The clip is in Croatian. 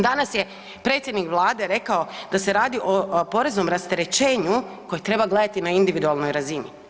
Danas je predsjednik vlade rekao da se radi o poreznom rasterećenju koje treba gledati na individualnoj razini.